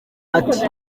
ati